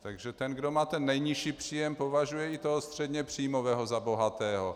Takže ten, kdo má ten nejnižší příjem, považuje i toho středněpříjmového za bohatého.